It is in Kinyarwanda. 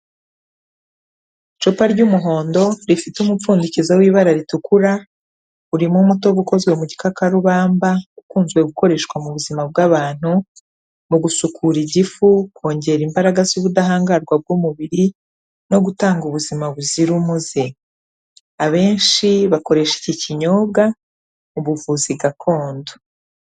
Icupa ry'umuhondo rifite umupfundikizo w'ibara ritukura, urimo umutobe ukozwe mu gikakarubamba, ukunzwe gukoreshwa mu buzima bw'abantu mu gusukura igifu, kongera imbaraga z'ubudahangarwa bw'umubiri no gutanga ubuzima buzira umuze, abenshi bakoresha iki kinyobwa mu buvuzi gakondo.